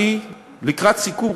לקראת סיכום,